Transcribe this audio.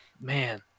man